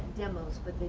demos